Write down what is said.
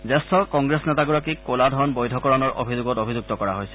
জ্যেষ্ঠ কংগ্ৰেছ নেতাগৰাকীক ক'লা ধন বৈধকৰণৰ অভিযোগত অভিযুক্ত কৰা হৈছে